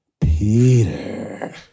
Peter